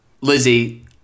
Lizzie